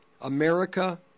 America